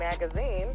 magazine